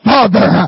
Father